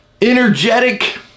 energetic